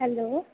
hello